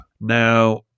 Now